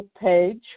page